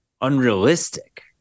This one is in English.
unrealistic